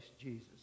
Jesus